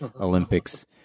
Olympics